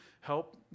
help